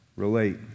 relate